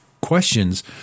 questions